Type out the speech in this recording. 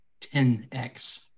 10X